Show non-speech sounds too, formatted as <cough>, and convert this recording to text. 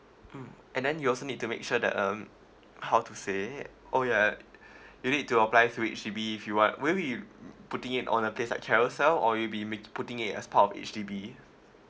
mm and then you also need to make sure that um how to say oh ya <breath> you need to apply through H_D_B if you want where will err putting it on a place like carousell or you'll be make putting it as part of H_D_B